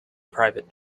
private